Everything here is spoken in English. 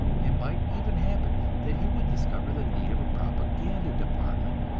it might even happen that he would discover the need of a propaganda department,